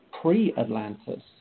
pre-Atlantis